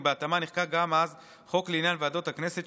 ובהתאמה נחקק גם אז חוק לעניין ועדות הכנסת,